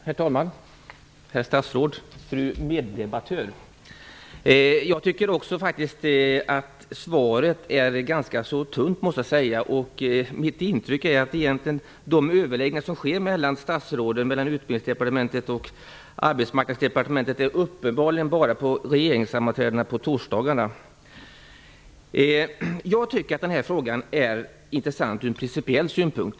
Herr talman! Herr statsråd! Fru meddebattör! Jag måste faktiskt också säga att svaret är ganska tunt. Mitt intryck är att de överläggningar som sker mellan statsråden i Utbildningsdepartementet och Arbetsmarknadsdepartementet bara sker på regeringssammanträdena på torsdagarna. Jag tycker att den här frågan är intressant ur principiell synpunkt.